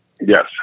Yes